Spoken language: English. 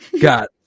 got